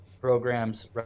programs